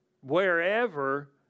wherever